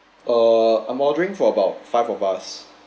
uh I'm ordering for about five of us